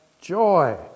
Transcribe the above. joy